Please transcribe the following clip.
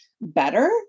better